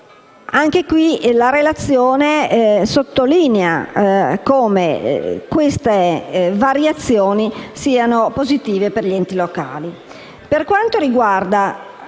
proposito la relazione sottolinea come queste variazioni siano positive per gli enti locali.